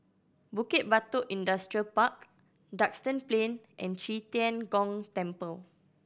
Bukit Batok Industrial Park Duxton Plain and Qi Tian Gong Temple